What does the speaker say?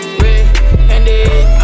red-handed